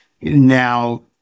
Now